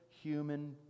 human